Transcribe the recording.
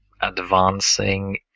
advancing